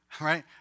right